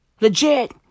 Legit